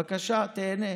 בבקשה, תיהנה.